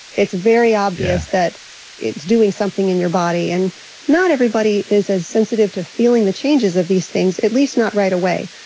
it's very obvious that it's doing something in your body and not everybody is as sensitive to feeling the changes of these things, at least not right away.